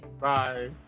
Bye